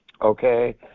okay